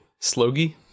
sloggy